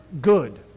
good